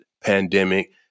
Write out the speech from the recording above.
pandemic